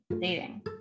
dating